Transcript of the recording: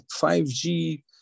5G